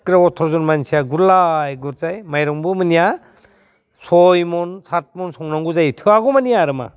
अथ्र'जन मानसिया गुलाय गुजाय माइरंबो मोनहैया सय मन सात मन संनांगौ जायो थोआगौमानि आरो मा